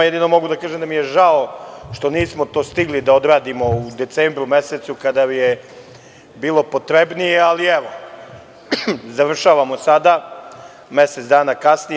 Jedino mogu da kažem da mi je žao što nismo to stigli da odradimo u decembru mesecu, kada je bilo potrebnije, ali, evo, završavamo sada, mesec dana kasnije.